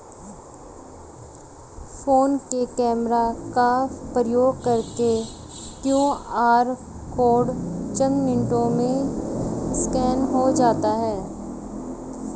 phone के camera का प्रयोग करके क्यू.आर कोड चंद मिनटों में स्कैन हो जाता है